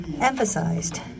emphasized